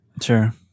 Sure